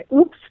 oops